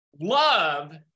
love